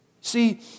See